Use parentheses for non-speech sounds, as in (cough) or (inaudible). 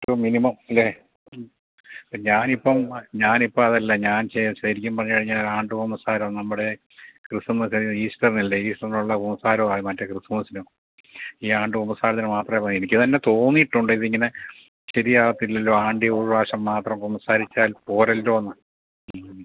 ഇതിപ്പം മിനിമം അല്ലേ ഇപ്പം ഞാനിപ്പം ആ ഞാനിപ്പം അതല്ല ഞാൻ ശരിക്കും പറഞ്ഞു കഴിഞ്ഞാൽ ആണ്ട് കുമ്പസാരം നമ്മുടെ ക്രിസ്മസ് ഈസ്റ്ററിനല്ലേ ഈസ്റ്ററിനുള്ള കുമ്പസാരമാണ് മറ്റേ ക്രിസ്മസിനും ഈ ആണ്ട് കുമ്പസാരത്തിന് മാത്രമേ പോയാൽ എനിക്ക് തന്നെ തോന്നിയിട്ടുണ്ട് ഇതിങ്ങനെ ശരിയാവത്തില്ലല്ലോ ആണ്ടിൽ ഒരു പ്രാവശ്യം മാത്രം കുമ്പസരിച്ചാൽ പോരല്ലോയെന്ന് (unintelligible)